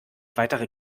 weitere